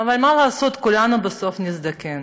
אבל מה לעשות, כולנו בסוף נזדקן,